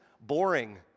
Boring